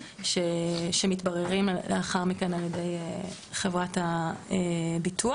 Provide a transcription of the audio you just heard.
שמתבררים לאחר מכן על ידי חברת הביטוח.